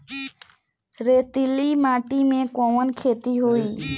रेतीली माटी में कवन खेती होई?